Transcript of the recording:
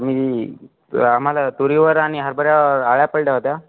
मी त आम्हाला तुरीवर आणि हरभऱ्यावर अळ्या पडल्या होत्या